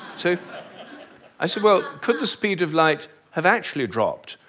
so i said well, could the speed of light have actually dropped?